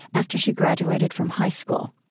after she graduated from high school.